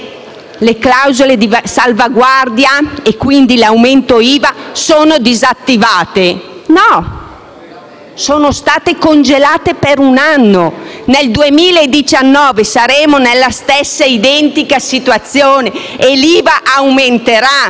le clausole di salvaguardia, e quindi l'aumento dell'IVA, sono disattivate. Non è vero, perché sono state solo congelate per un anno. Nel 2019 saremo nella stessa identica situazione e l'IVA aumenterà.